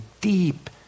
deep